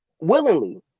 willingly